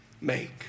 make